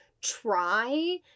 try